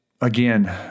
again